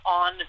on